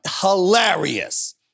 Hilarious